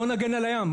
בואו נגן על הים,